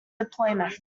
deployment